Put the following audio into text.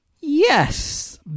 Yes